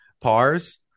pars